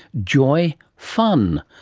joy, fun.